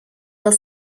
will